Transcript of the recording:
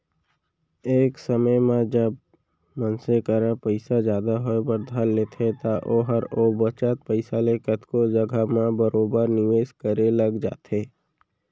एक समे म जब मनसे करा पइसा जादा होय बर धर लेथे त ओहर ओ बचत पइसा ले कतको जघा म बरोबर निवेस करे लग जाथे